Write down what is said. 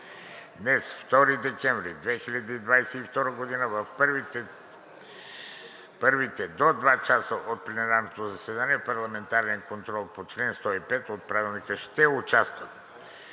Днес, 2 декември 2022 г., в първите до два часа от пленарното заседание в парламентарния контрол по чл. 105 от Правилника ще участват: